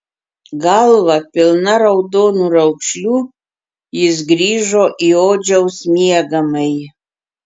galva pilna raudonų raukšlių jis grįžo į odžiaus miegamąjį